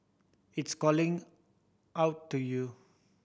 it's calling out to you